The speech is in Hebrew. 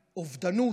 אובדנות,